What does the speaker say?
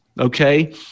okay